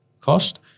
cost